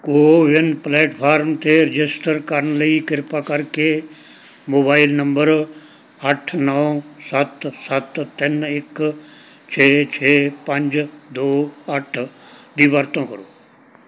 CoWIN platform 'ਤੇ register ਕਰਨ ਲਈ ਕਿਰਪਾ ਕਰਕੇ ਮੋਬਾਈਲ ਨੰਬਰ ਅੱਠ ਨੌਂ ਸੱਤ ਸੱਤ ਤਿੰਨ ਇੱਕ ਛੇ ਛੇ ਪੰਜ ਦੋ ਅੱਠ ਦੀ ਵਰਤੋਂ ਕਰੋ